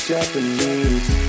Japanese